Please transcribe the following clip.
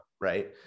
right